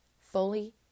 fully